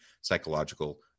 Psychological